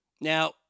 Now